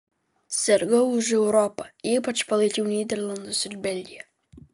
sirgau už europą ypač palaikiau nyderlandus ir belgiją